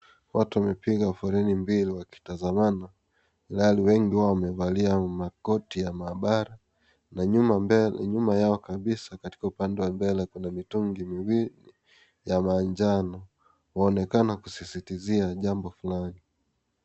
Watu wamepanga foleni mbili wakitazamana, wengi wao wamevalia makoti ya maabara na nyuma yao kabisa katika upande wa mbele kuna mitungi miwili ya maanjano . Waonekana kusisitizia jambo fulani .